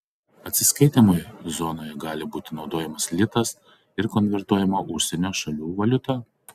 atsiskaitymui zonoje gali būti naudojamas litas ir konvertuojama užsienio šalių valiuta